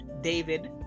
David